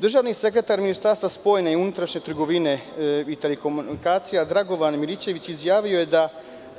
Državni sekretar Ministarstva spoljne i unutrašnje trgovine i telekomunikacija, Dragovan Milićević izjavio je da